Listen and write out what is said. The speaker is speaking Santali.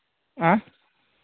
ᱦᱮᱸ